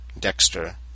Dexter